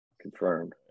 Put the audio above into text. confirmed